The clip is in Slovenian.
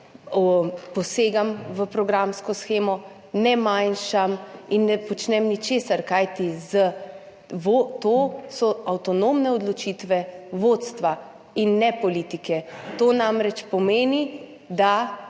posegam v programsko shemo, ne manjšam in ne počnem ničesar. Kajti to so avtonomne odločitve vodstva in ne politike. To namreč pomeni, da